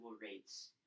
rates